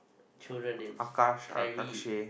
children names Khairi